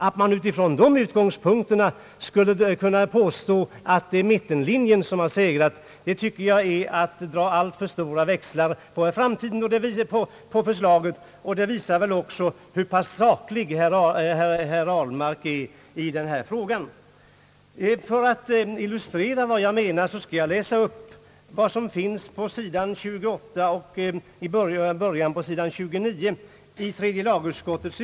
Att man från dessa utgångspunkter skulle kunna påstå att mittenlinjen segrat, tycker jag är att dra alltför stora växlar på förslaget. Det visar: väl även hur pass »saklig» herr Ahlmark är i denna fråga. « :Förzsatt illustrera vad jag menar skall jag läsa upp vad som står på sidan 28 och:i början :av sidan 29 i tredje lagutskottets.